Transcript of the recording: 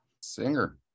Singer